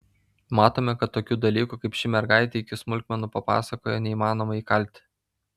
matome kad tokių dalykų kaip ši mergaitė iki smulkmenų papasakojo neįmanoma įkalti